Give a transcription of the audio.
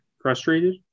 Frustrated